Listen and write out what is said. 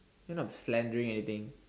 you're not slandering anything